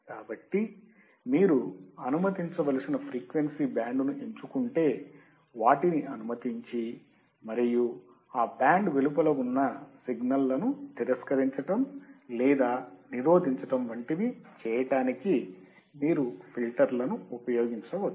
కాబట్టి మీరు అనుమతించవలసిన ఫ్రీక్వెన్సీ బ్యాండ్ను ఎంచుకుంటే వాటిని అనుమతించి మరియు ఆ బ్యాండ్ వెలుపల ఉన్న సిగ్నల్లను తిరస్కరించడం లేదా నిరోధించడం వంటివి చేయటానికి మీరు ఫిల్టర్లను ఉపయోగించవచ్చు